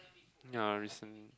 ya recent